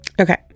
okay